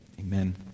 Amen